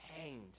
hanged